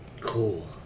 Cool